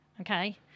Okay